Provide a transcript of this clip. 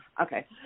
Okay